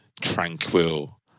tranquil